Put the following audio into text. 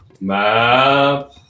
Map